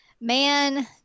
man